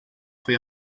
foi